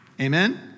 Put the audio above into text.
amen